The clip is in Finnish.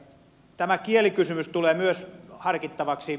tämä kielikysymys tulee myös harkittavaksi